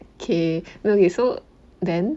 K wait wait so then